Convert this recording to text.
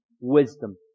wisdom